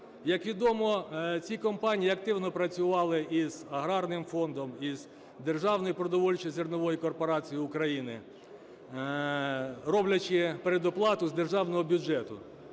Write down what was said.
Як відомо, ці компанії активно працювали із Аграрним фондом, із Державною продовольчою зерновою корпорацією України, роблячи передоплату з державного бюджету.